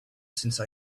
since